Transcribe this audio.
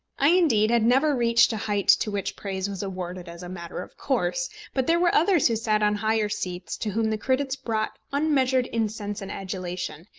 i indeed had never reached a height to which praise was awarded as a matter of course but there were others who sat on higher seats to whom the critics brought unmeasured incense and adulation,